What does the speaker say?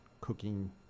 cooking